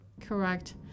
Correct